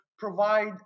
Provide